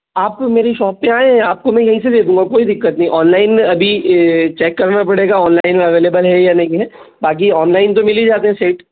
आप मेरी शॉप पर आएं या आपको मैं यहीं से दे दूंगा कोई दिक्कत नहीं है ऑनलाइन अभी ये चैक करना पड़ेगा ऑनलाइन अवेलेबल है या नहीं है बाकि ऑनलाइन तो मिल ही जाते हैं सेट